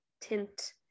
tint